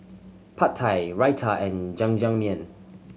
Pad Thai Raita and Jajangmyeon